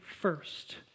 first